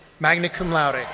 magna cum laude.